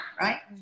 right